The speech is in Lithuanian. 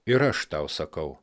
ir aš tau sakau